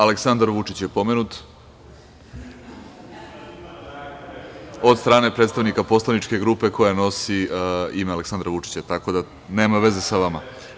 Aleksandar Vučić je pomenut od strane predstavnika poslaničke grupe koja nosi ime Aleksandar Vučić, tako da nema veze sa vama.